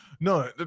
No